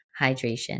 hydration